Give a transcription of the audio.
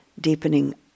deepening